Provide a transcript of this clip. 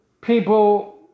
people